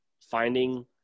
finding